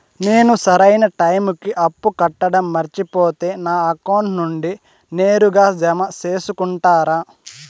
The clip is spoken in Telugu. నేను సరైన టైముకి అప్పు కట్టడం మర్చిపోతే నా అకౌంట్ నుండి నేరుగా జామ సేసుకుంటారా?